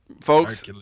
folks